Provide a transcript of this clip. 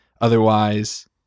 otherwise